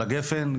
על הגפן,